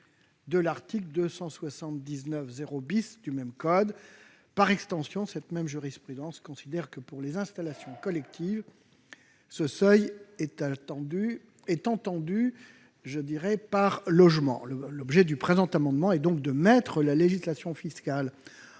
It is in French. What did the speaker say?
de l'article 279-0 du même code. Par extension, cette même jurisprudence considère que, pour les installations collectives, ce seuil est entendu par logement. L'objet du présent amendement est donc de mettre la législation fiscale